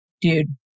dude